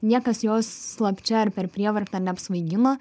niekas jos slapčia ar per prievartą neapsvaigino